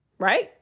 Right